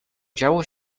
działo